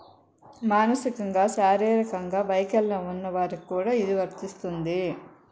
మానసికంగా శారీరకంగా వైకల్యం ఉన్న వారికి కూడా ఇది వర్తిస్తుంది